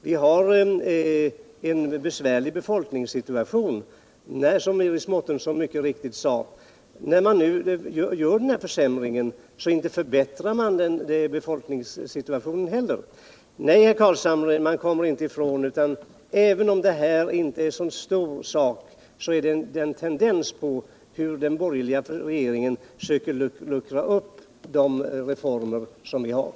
Vi har en besvärlig befolkningssituation, som Iris Mårtensson mycket riktigt sade. När man nu försämrar bostadslånen så förbättrar man inte heller befolkningssituationen. Nej, herr Carlshamre, även om det här inte är någon stor sak kommer man inte ifrån att det är en tendens till att luckra upp de reformer som genomförts.